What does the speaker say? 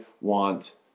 want